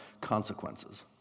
consequences